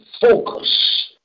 focus